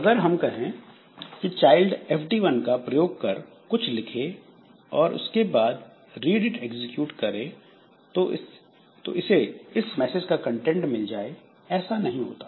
अगर हम कहें कि चाइल्ड fd 1 का प्रयोग कर कुछ लिखें और उसके बाद रीड इट एग्जीक्यूट करें तो इसे इस मैसेज का कंटेंट मिल जाए ऐसा नहीं होता